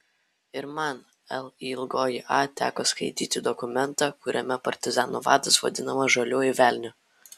ir man lya teko skaityti dokumentą kuriame partizanų vadas vadinamas žaliuoju velniu